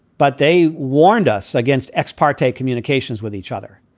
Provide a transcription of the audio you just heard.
but they warned us against x party communications with each other,